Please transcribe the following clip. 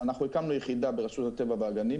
הקמנו יחידה ברשות הטבע והגנים,